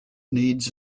needs